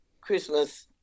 Christmas